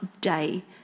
day